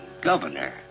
governor